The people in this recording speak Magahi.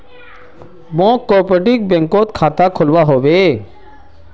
मौक कॉपरेटिव बैंकत खाता खोलवा हबे